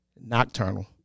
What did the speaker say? nocturnal